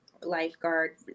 lifeguard